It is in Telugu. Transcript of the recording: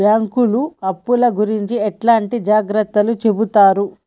బ్యాంకులు అప్పుల గురించి ఎట్లాంటి జాగ్రత్తలు చెబుతరు?